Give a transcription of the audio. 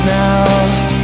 now